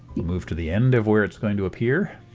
we'll move to the end of where it's going to appear